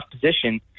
position